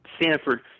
Stanford